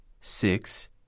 six